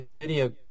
video